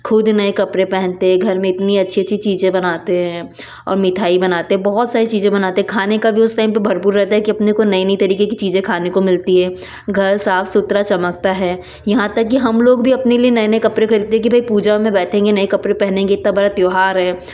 खुद नए कपड़े पहनते घर में इतनी अच्छी अच्छी चीज़ें बनाते है और मिठाई बनाते है बहुत सारी चीज़ें बनाते खाने का भी उस टाइम पे भरपूर रहता है कि अपने को नई नई तरीके की चीज़ें खाने को मिलती है घर साफ़ सुथरा चमकता है यहाँ तक कि हम लोग भी अपने लिए नये नये कपड़े खरीदते है कि भाई पूजा में बैठेंगे नए कपड़े पहनेंगे इतना बड़ा त्योहार है